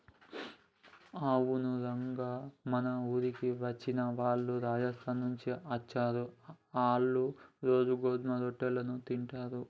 అవును రంగ మన ఊరికి వచ్చిన వాళ్ళు రాజస్థాన్ నుండి అచ్చారు, ఆళ్ళ్ళు రోజూ గోధుమ రొట్టెలను తింటారు